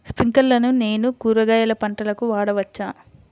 స్ప్రింక్లర్లను నేను కూరగాయల పంటలకు వాడవచ్చా?